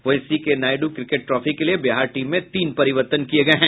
वहीं C K Naidu cricket trophy के लिये बिहार टीम में तीन परिवर्तन किये गये हैं